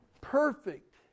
perfect